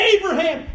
Abraham